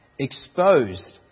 Exposed